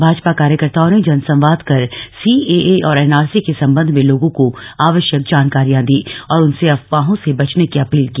भाजपा कार्यकर्ताओं ने जनसंवाद कर सीएए और एनआरसी के संबंध में लोगों को आवश्यक जानकारी दी और उनसे अफवाहों से बचने की अपील की